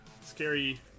scary